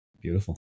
Beautiful